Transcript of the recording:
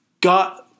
God